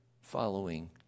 following